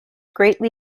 greatly